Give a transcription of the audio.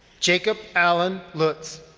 jacob allen lutz.